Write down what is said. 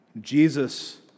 Jesus